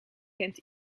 kent